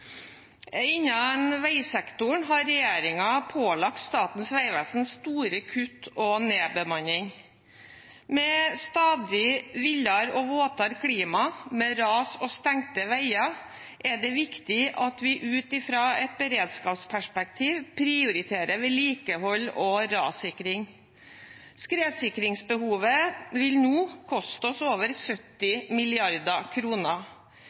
Innen veisektoren har regjeringen pålagt Statens vegvesen store kutt og nedbemanning. Med stadig villere og våtere klima, med ras og stengte veier, er det viktig at vi ut fra et beredskapsperspektiv prioriterer vedlikehold og rassikring. Skredsikringsbehovet vil nå koste oss over